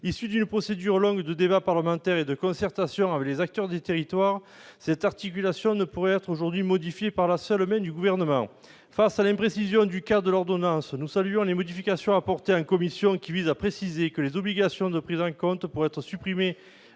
Issue d'une procédure longue de débats parlementaires et de concertation avec les acteurs des territoires, cette articulation ne peut pas être modifiée aujourd'hui par la seule main du Gouvernement. Face à l'imprécision du cadre de l'ordonnance, nous saluons les modifications apportées en commission visant à préciser que les obligations de prise en compte pourront être supprimées